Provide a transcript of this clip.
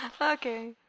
Okay